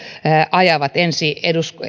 ajavat ensi